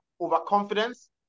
overconfidence